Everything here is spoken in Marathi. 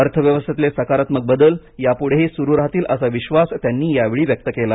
अर्थव्यवस्थेतले सकारात्मक बदल यापुढेही सुरू राहतील असा विश्वास त्यांनी यावेळी व्यक्त केला